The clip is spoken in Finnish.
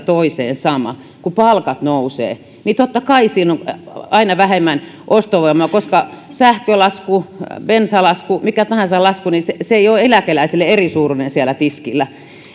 toiseen sama kun palkat nousevat niin totta kai siinä on aina vähemmän ostovoimaa koska sähkölasku bensalasku mikä tahansa lasku ei ole eläkeläiselle erisuuruinen siellä tiskillä